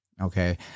okay